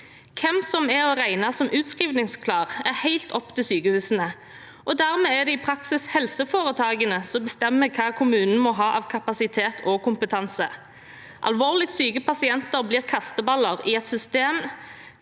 Hvem som er å regne som utskrivningsklar, er helt opp til sykehusene, og dermed er det i praksis helseforetakene som bestemmer hva kommunen må ha av kapasitet og kompetanse. Alvorlig syke pasienter blir kasteballer i et system